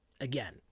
Again